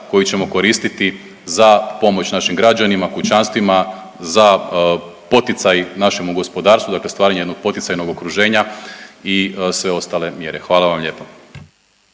koji ćemo koristiti za pomoć našim građanima, kućanstvima, za poticaj našemu gospodarstvu, dakle stvaranje jednog poticajnog okruženja i sve ostale mjere. Hvala vam lijepa.